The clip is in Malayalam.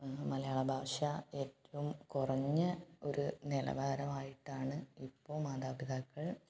മലയാളഭാഷ ഏറ്റവും കുറഞ്ഞ ഒരു നിലവാരമായിട്ടാണ് ഇപ്പോൾ മാതാപിതാക്കൾ